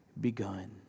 begun